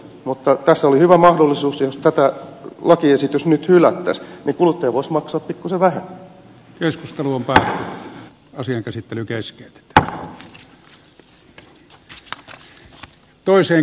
mutta tässä on hyvä mahdollisuus että jos tämä lakiesitys nyt hylättäisiin niin kuluttaja voisi maksaa pikkusen vähemmän